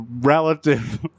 relative